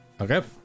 Okay